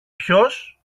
ποιος